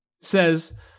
says